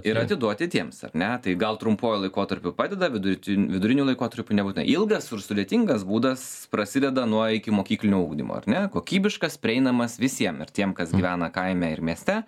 ir atiduoti tiems ar ne tai gal trumpuoju laikotarpiu padeda vidutin viduriniu laikotarpiu nebūtinai ilgas ir sudėtingas būdas prasideda nuo ikimokyklinio ugdymo ar ne kokybiškas prieinamas visiem ir tiem kas gyvena kaime ir mieste